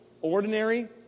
ordinary